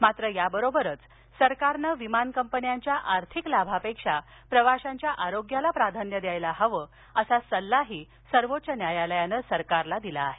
मात्र या बरोबरच सरकारनं विमान कंपन्यांच्या आर्थिक लाभापेक्षा प्रवाशांच्या आरोग्याला प्राधान्य द्यायला हवं असा सल्लाही सर्वोच्च न्यायालयाने सरकारला दिला आहे